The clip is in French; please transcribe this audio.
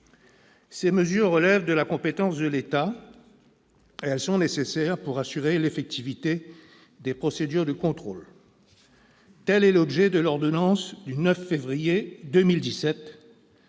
Ces mesures relèvent de la compétence de l'État et elles sont nécessaires pour assurer l'effectivité des procédures de contrôle. Tel est l'objet de l'ordonnance du 9 février 2017,